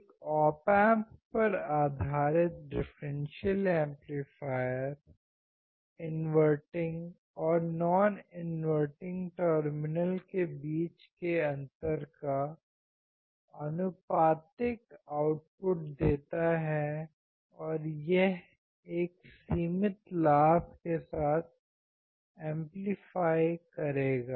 एक op amp पर आधारित डिफ़्रेंसियल एम्पलीफायर इनवर्टिंग और नॉन इनवर्टिंग टर्मिनल के बीच के अंतर का आनुपातिक आउटपुट देता है और यह एक सीमित लाभ के साथ एम्पलीफाइ करेगा